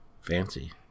Fancy